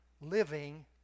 living